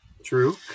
True